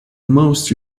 most